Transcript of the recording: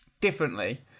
differently